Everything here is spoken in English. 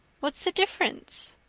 what's the difference?